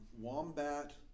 Wombat